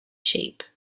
sheep